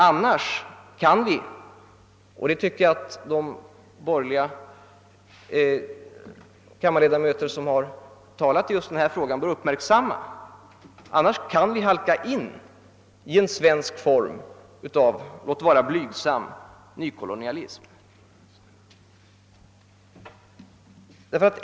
Annars kan vi — och det tycker jag att de borgerliga kammarledamöter som har talat i denna fråga bör uppmärksamma — halka in i en svensk form av låt vara blygsam nykolonialism.